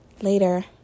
Later